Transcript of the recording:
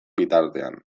bitartean